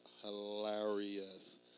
hilarious